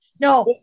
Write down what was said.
No